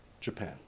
Japan